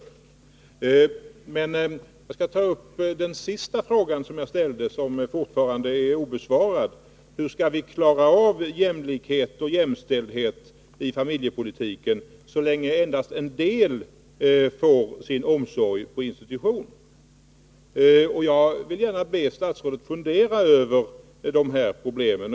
Jag vill emellertid ta upp den sista frågan som jag ställde och som fortfarande är obesvarad: Hur skall vi kunna klara av jämlikhet och jämställdhet i familjepolitiken, så länge endast en del får sin omsorg på institution? Jag vill gärna be statsrådet fundera över dessa problem.